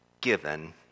given